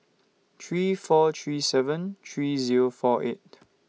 three four three seven three Zero four eight